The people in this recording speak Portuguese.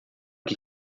que